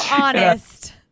honest